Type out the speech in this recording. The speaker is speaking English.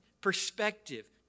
perspective